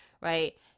right